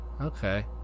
Okay